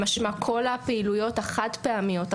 משמע כל הפעילות החד-פעמיות,